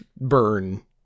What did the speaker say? burn